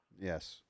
Yes